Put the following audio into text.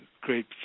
great